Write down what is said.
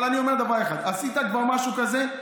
אבל אני אומר דבר אחד: עשית כבר משהו כזה,